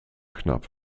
knapp